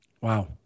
Wow